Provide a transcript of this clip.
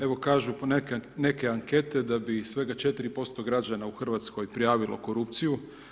Evo kažu neke ankete da bi svega 4% građana u Hrvatskoj prijavilo korupciju.